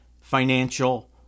Financial